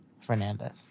Fernandez